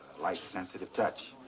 like sensitive touch.